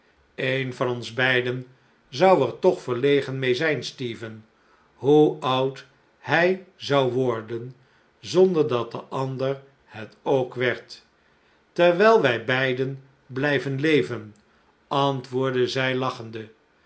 een van ons beiden zou er toch verlegen mee zijn stephen hoe oud hij zou worden zonder dat de ander het ook werd terwijlwij beiden blijven leven antwoordde zij lachende